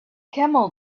camel